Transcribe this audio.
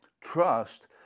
trust